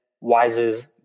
Wise's